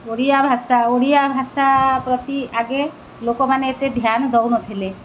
ଓଡ଼ିଆଭାଷା ଓଡ଼ିଆଭାଷା ପ୍ରତି ଆଗେ ଲୋକମାନେ ଏତେ ଧ୍ୟାନ ଦଉନଥିଲେ